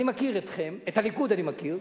אני מכיר אתכם, את הליכוד אני מכיר.